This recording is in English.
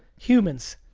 humans,